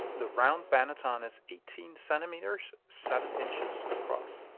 the round banneton is eighteen centimeters, seven inches across.